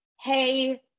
hey